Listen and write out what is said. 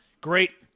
great